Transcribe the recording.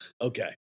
Okay